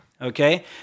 Okay